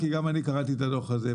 גם אני קראתי את הדוח הזה.